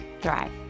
thrive